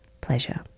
pleasure